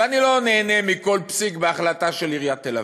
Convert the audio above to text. ואני לא נהנה מכל פסיק בהחלטה של עיריית תל-אביב,